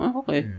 okay